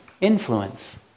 influence